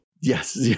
Yes